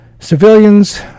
Civilians